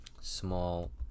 Small